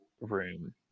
room